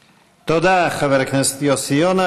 תודה, חבר הכנסת יוסי יונה.